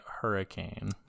hurricane